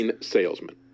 Salesman